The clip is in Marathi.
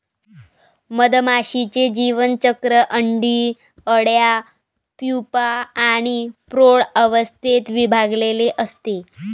मधमाशीचे जीवनचक्र अंडी, अळ्या, प्यूपा आणि प्रौढ अवस्थेत विभागलेले असते